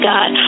God